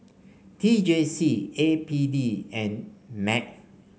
T J C A P D and MC